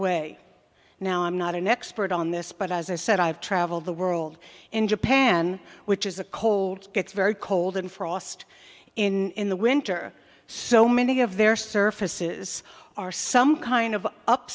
way now i'm not an expert on this but as i said i've traveled the world in japan which is a cold gets very cold in frost in the winter so many of their surfaces are some kind of up